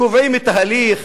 קובעים את ההליך,